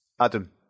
Adam